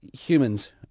Humans